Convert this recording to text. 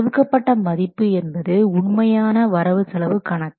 ஒதுக்கப்பட்ட மதிப்பு என்பது உண்மையான வரவு செலவு கணக்கு